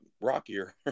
rockier